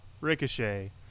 Ricochet